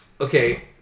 okay